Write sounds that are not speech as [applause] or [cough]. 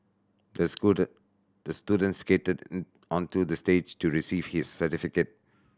the [unintelligible] the student skated [unintelligible] onto the stage to receive his certificate